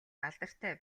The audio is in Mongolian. алдартай